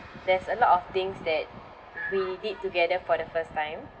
there's a lot of things that we did together for the first time